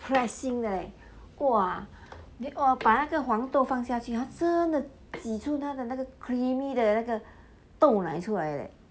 pressing 的 leh !wah! 我把那个黄豆放下去他真的挤出它的那个 creamy 的那个豆奶出来 leh